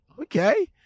Okay